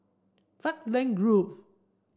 Falkland Road